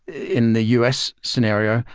in the u s. scenario,